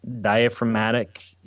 Diaphragmatic